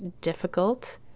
difficult